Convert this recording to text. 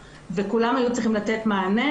וכולם היו צריכים לתת מענה,